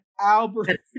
Albert